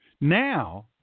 Now